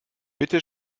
bitte